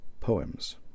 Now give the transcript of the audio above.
poems